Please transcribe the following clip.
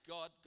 God